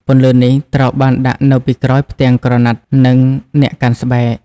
ពន្លឺនេះត្រូវបានដាក់នៅពីក្រោយផ្ទាំងក្រណាត់ និងអ្នកកាន់ស្បែក។